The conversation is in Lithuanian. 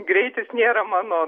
greitis nėra mano